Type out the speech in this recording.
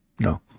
no